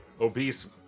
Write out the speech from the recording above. obese